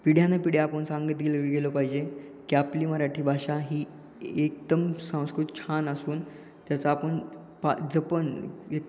पिढ्यानंपिढ्या आपण सांगितलेलं गेलं गेलो पाहिजे की आपली मराठी भाषा ही एकदम संस्कृत छान असून त्याचा आपण पा जपणं एक